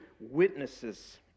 witnesses